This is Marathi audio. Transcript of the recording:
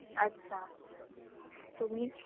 अच्छा तुम्हीच